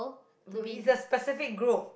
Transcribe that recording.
would you just specific group